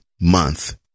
month